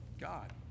God